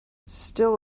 still